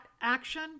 action